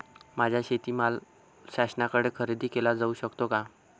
माझा शेतीमाल शासनाकडे खरेदी केला जाऊ शकतो का?